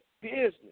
business